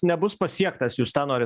nebus pasiektas jus tą nori